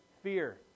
fear